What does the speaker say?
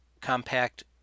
compact